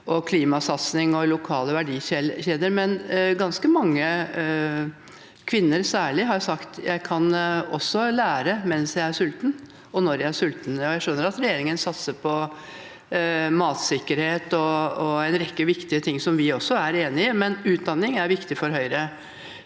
klimasatsing og lokale verdikjeder, men ganske mange, særlig kvinner, har sagt: Jeg kan lære når jeg er sulten også. Jeg skjønner at regjeringen satser på matsikkerhet og en rekke viktige ting som vi også er enige i, men utdanning er viktig for Høyre.